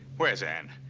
where's ann?